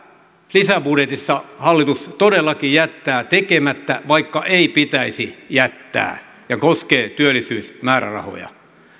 lisäbudjetissa hallitus todellakin jättää tekemättä vaikka ei pitäisi jättää ja tämä koskee työllisyysmäärärahoja